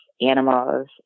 animals